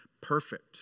perfect